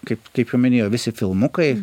kaip kaip ir minėjau visi filmukai